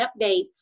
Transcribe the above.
updates